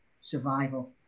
survival